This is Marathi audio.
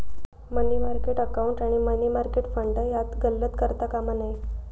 मनी मार्केट अकाउंट आणि मनी मार्केट फंड यात गल्लत करता कामा नये